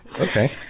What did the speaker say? okay